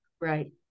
Right